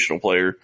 player